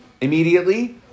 immediately